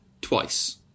twice